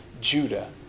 Judah